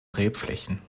rebflächen